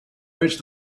reached